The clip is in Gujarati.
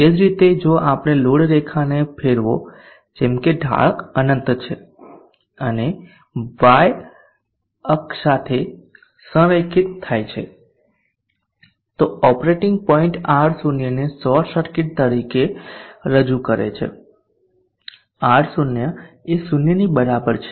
એ જ રીતે જો આપણે લોડ રેખાને ફેરવો કે જેમ કે ઢાળ અનંત છે અને y અક્ષ સાથે સંરેખિત થાય છે તો ઓપરેટિંગ પોઇન્ટ R0 ને શોર્ટ સર્કિટ તરીકે રજૂ કરે છે R0 એ 0 ની બરાબર છે